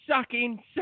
sucking